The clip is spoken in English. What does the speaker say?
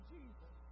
Jesus